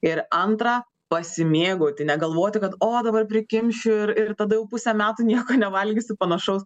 ir antra pasimėgauti negalvoti kad o dabar prikimšiu ir ir tada jau pusę metų nieko nevalgysiu panašaus